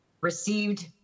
received